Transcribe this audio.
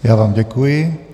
Já vám děkuji.